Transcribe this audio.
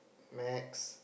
maths